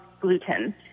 gluten